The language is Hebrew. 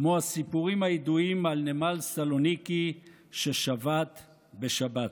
כמו הסיפורים הידועים על נמל סלוניקי ששָבַת בשַבָּת,